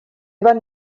van